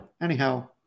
anyhow